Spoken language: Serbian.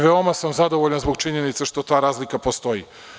Veoma sam zadovoljan zbog činjenice što ta razlika postoji.